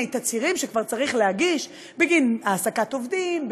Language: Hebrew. תצהירים שצריך להגיש בגין העסקת עובדים,